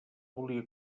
volia